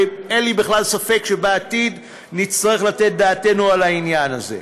ואין לי בכלל ספק שבעתיד נצטרך לתת את דעתנו לעניין הזה.